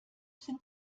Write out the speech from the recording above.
sind